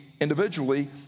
individually